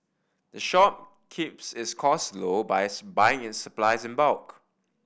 the shop keeps its costs low by buying its supplies in bulk